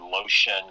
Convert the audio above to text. lotion